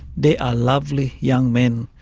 they are lovely young men.